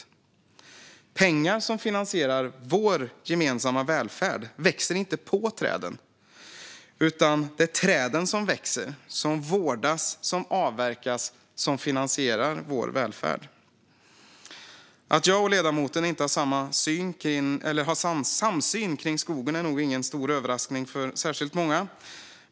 De pengar som finansierar vår gemensamma välfärd växer inte på träden, men det är de träd som växer, vårdas och avverkas som finansierar vår välfärd. Att jag och ledamoten inte har samsyn kring skogen är nog ingen stor överraskning för särskilt många.